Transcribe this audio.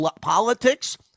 politics